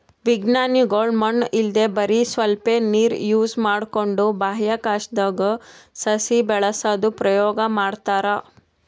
ವಿಜ್ಞಾನಿಗೊಳ್ ಮಣ್ಣ್ ಇಲ್ದೆ ಬರಿ ಸ್ವಲ್ಪೇ ನೀರ್ ಯೂಸ್ ಮಾಡ್ಕೊಂಡು ಬಾಹ್ಯಾಕಾಶ್ದಾಗ್ ಸಸಿ ಬೆಳಸದು ಪ್ರಯೋಗ್ ಮಾಡ್ತಾರಾ